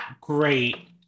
great